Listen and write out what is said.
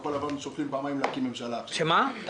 שכחול לבן שוקלים פעמיים אם להקים ממשלה עכשיו,